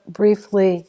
briefly